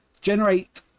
generate